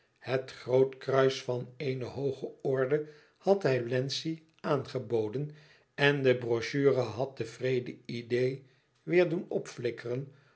omhelsd het grootkruis van eene hooge orde had hij wlenzci aangeboden en de brochure had de vrede idee weêr doen opflikkeren